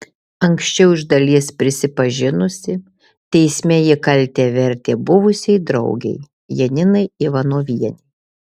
anksčiau iš dalies prisipažinusi teisme ji kaltę vertė buvusiai draugei janinai ivanovienei